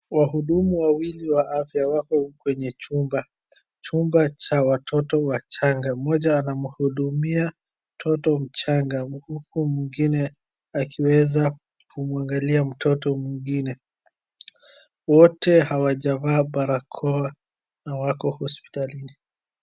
Wahudumu wawili wa afya wako kwenye chumba, chumba cha watoto wachanga. Mmoja anamhudumia mtoto mchanga, huku mwingine akiweza kumwangalia mtoto mwingine. Wote hawajavaa barakoa na wako hospitalini.